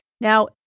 Now